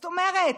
זאת אומרת,